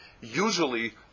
Usually